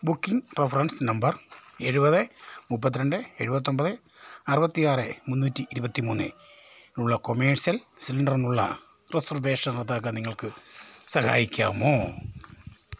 booking reference number എഴുപത് മുപ്പത്തിരണ്ട് എഴുപത്തിയൊന്പത് അറുപത്തിയാറ് മുന്നൂറ്റി ഇരുപത്തി മൂന്ന് ഉള്ള കൊമേഴ്സ്യൽ സിലിണ്ടറിനുള്ള റിസർവേഷൻ റദ്ദാക്കാൻ നിങ്ങൾക്ക് സഹായിക്കാമോ